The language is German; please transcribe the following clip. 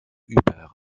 über